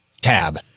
Tab